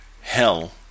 hell